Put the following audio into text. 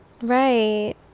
Right